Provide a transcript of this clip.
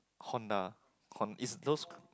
Honda it's those